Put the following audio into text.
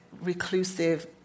reclusive